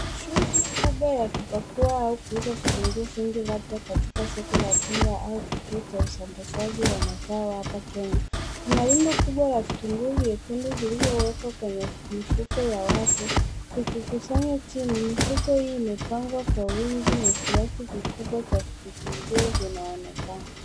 Shughuli kubwa ya kupakua au kuuza vitunguu vingi, labda katika soko la jumla au kituo cha usambazaji wa mazao hapa Kenya. Kuna rundo kubwa ya vitunguu vyekundu vilivyowekwa kwenye mifuko ya wazi zikikusanya chini. Mifuko hii imepangwa kwa wingi na kiasi kikubwa cha vitunguu vinaonekana.